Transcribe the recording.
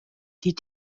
die